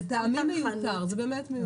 לטעמי מיותר, זה באמת מיותר.